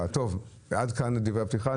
עד כאן דברי הפתיחה.